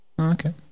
Okay